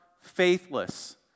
faithless